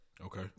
okay